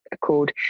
called